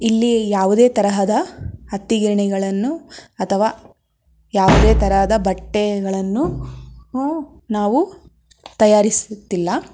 ಇಲ್ಲಿ ಯಾವುದೇ ತರಹದ ಹತ್ತಿ ಗಿರಣಿಗಳನ್ನು ಅಥವಾ ಯಾವುದೇ ತರಹದ ಬಟ್ಟೆಗಳನ್ನು ನಾವು ತಯಾರಿಸುತ್ತಿಲ್ಲ